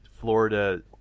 Florida